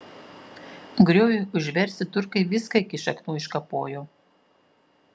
grioviui užversti turkai viską ligi šaknų iškapojo